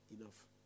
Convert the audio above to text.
enough